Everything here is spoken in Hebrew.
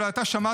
אולי אתה שמעת,